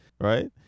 right